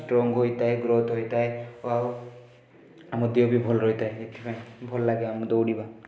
strong ହୋଇଥାଏ growth ହୋଇଥାଏ ଓ ଆଉ ଆମ ଦେହ ବି ଭଲ ରହିଥାଏ ଏଥିପାଇଁ ଭଲଲାଗେ ଆମକୁ ଦୌଡ଼ିବା